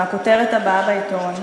עם הכותרת הבאה בעיתון,